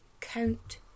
Count